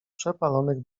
przepalonych